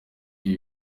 ibi